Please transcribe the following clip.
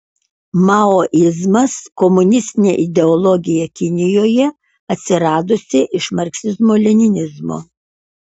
maoizmas komunistinė ideologija kinijoje atsiradusi iš marksizmo leninizmo